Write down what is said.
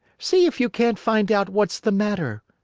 see if you can't find out what's the matter.